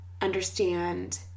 understand